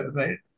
right